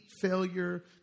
failure